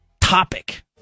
topic